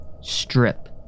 Strip